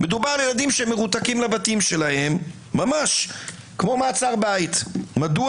מדובר בילדים שמרותקים לבתים שלהם כמו מעצר בית משום